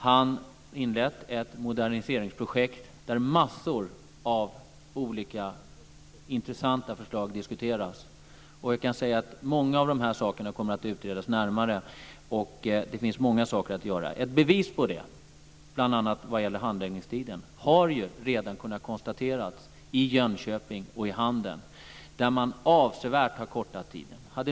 Han har inlett ett moderniseringsprojekt där massor av olika intressanta förslag diskuteras. Jag kan säga att många av dessa saker kommer att utredas närmare, och det finns många saker att göra. Ett bevis på detta, bl.a. när det gäller handläggningstiden, har ju redan kunnat konstateras i Jönköping och i Handen, där man har kortat tiderna avsevärt.